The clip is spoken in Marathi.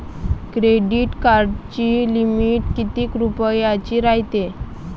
क्रेडिट कार्डाची लिमिट कितीक रुपयाची रायते?